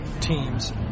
teams